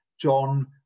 John